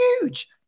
huge